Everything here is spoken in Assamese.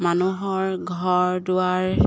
মানুহৰ ঘৰ দুৱাৰ